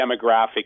demographic